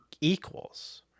equals